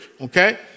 okay